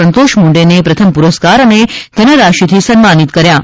સંતોષ મુંડેને પ્રથમ પુરસ્કાર અને ધનરાશીથી સન્માનિત કર્યો હતા